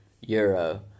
euro